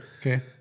Okay